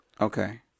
Okay